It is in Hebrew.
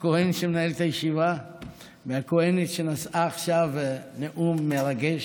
הכוהן שמנהל את הישיבה והכוהנת שנשאה עכשיו נאום מרגש,